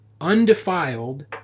undefiled